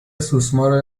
سوسمار